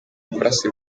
kurasa